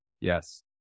Yes